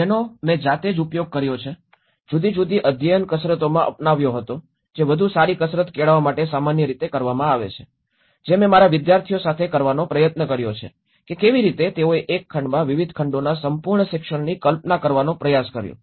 જેનો મેં જાતે ઉપયોગ કર્યો છે જુદી જુદી અધ્યયન કસરતોમાં અપનાવ્યો હતો જે વધુ સારી કસરત કેળવવા માટે સામાન્ય રીતે કરવામાં આવે છે જે મેં મારા વિદ્યાર્થીઓ સાથે કરવાનો પ્રયત્ન કર્યો છે કે કેવી રીતે તેઓએ એક ખંડમાં વિવિધ ખંડોના સંપૂર્ણ શિક્ષણની કલ્પના કરવાનો પ્રયાસ કર્યો